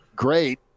great